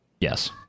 Yes